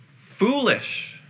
foolish